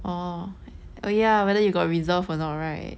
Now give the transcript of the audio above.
orh oh ya whether you got resolve or what right